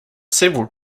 several